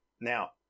Now